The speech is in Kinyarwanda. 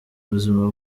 ubuzima